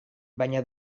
baina